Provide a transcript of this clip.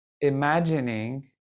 imagining